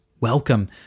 welcome